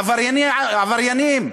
עבריינים,